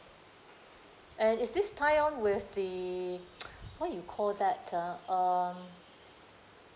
and is this tie on with the what you call that ah um